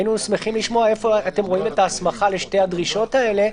היינו שמחים לשמוע איפה אתם רואים את ההסמכה לשתי הדרישות האלו.